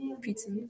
Pizza